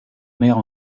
mère